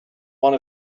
one